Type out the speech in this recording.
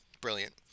Brilliant